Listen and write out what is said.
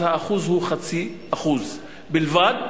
אז האחוז הוא 0.5% בלבד,